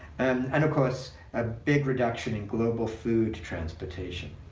and and of course a big reduction in global food transportation.